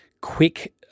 quick